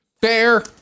Fair